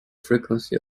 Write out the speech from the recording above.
frequency